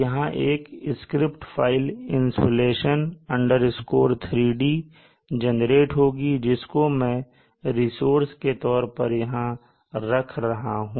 यहां एक script file insolation 3d generate होगी जिसको मैं रिसोर्स के तौर पर यहां रख रहा हूं